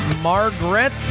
Margaret